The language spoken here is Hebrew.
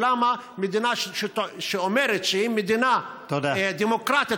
למה מדינה שאומרת שהיא מדינה דמוקרטית,